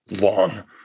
long